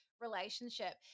relationship